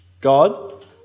God